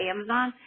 Amazon